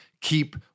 keep